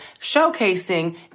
showcasing